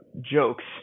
jokes